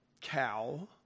cow